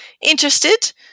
interested